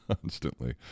constantly